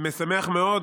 משמח מאוד,